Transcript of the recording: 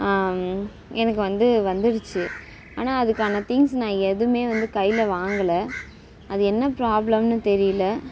எனக்கு வந்து வந்துடுச்சு ஆனால் அதுக்கான திங்ஸ் நான் எதுவுமே வந்து கையில வாங்கலை அது என்ன பிராப்ளம்ன்னு தெரியலை